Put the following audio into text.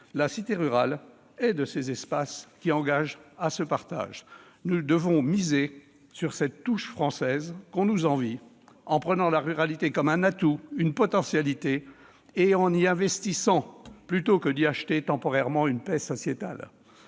La cité rurale est de ces espaces qui engagent à ce partage. Monsieur le ministre, mes chers collègues, nous devons miser sur cette touche française qu'on nous envie, en prenant la ruralité comme un atout, une potentialité, et en y investissant, plutôt que d'y acheter temporairement une paix sociétale.